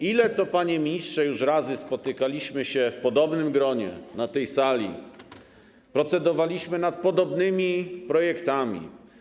Ile to, panie ministrze, już razy spotykaliśmy się w podobnym gronie na tej sali, procedowaliśmy nad podobnymi projektami?